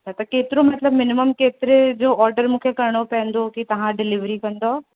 हा त केतिरो मतलब मिनिमम केतिरे जो ऑर्डर मूंखे करिणो पवंदो की तव्हां डिलेविरी कंदौ